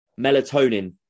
Melatonin